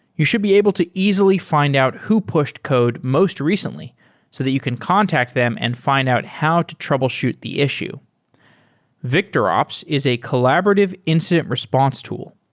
you should be able to easily fi nd out who pushed code most recently so that you can contact them and fi nd out how to troubleshoot the issue victorops is a collaborative incident response tool.